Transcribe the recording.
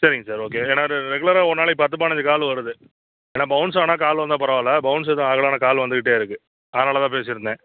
சரிங்க sir okay ஏன்னால் இது ரெகுலராக ஒரு நாளைக்கு பத்து பதினஞ்சு கால் வருது ஏன்னால் பவுன்ஸ் ஆனால் கால் வந்தால் பரவாயில்ல பவுன்ஸ் எதுவும் ஆகலை ஆனால் கால் வந்துக்கிட்டே இருக்குது அதனால் தான் பேசியிருந்தேன்